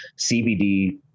CBD